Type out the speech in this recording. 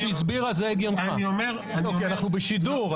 אנחנו בשידור.